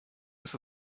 ist